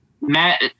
Matt